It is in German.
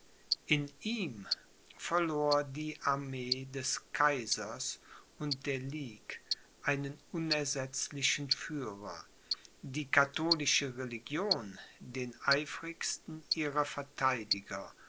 in ihm verlor die armee des kaisers und der ligue einen unersetzlichen führer die katholische religion den eifrigsten ihrer vertheidiger